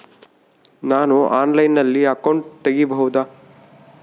ನಾನು ಆನ್ಲೈನಲ್ಲಿ ಅಕೌಂಟ್ ತೆಗಿಬಹುದಾ?